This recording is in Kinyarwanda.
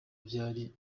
byari